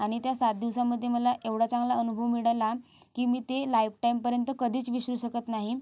आणि त्या सात दिवसामधे मला एवढा चांगला अनुभव मिळाला की मी ते लाइफटाइमपर्यंत कधीच विसरू शकत नाही